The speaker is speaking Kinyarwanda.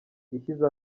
ishyize